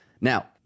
Now